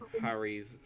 Harry's